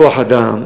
כוח-אדם,